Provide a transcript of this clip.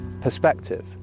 perspective